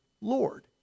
Lord